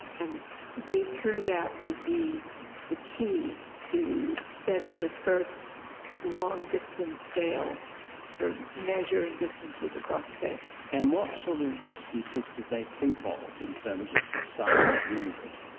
and they turned out to be the key to setting the first long-distance scale for measuring distances across space. and what sort of distances did they think ah of in terms of the size of the universe?